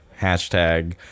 Hashtag